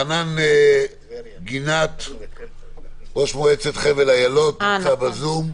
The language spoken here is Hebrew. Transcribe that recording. חנן גינן ראש מועצת חבל אילות, נמצא בזום.